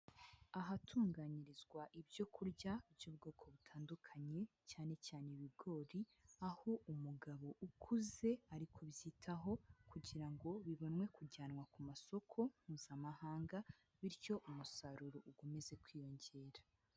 Ahatunganyirizwa ibyo kurya by'ubwoko butandukanye cyane cyane ibigori, aho umugabo ukuze ari kubyitaho kugira ngo bibonwe kujyanwa ku masoko Mpuzamahanga bityo umusaruro ukomeze kwiyongera.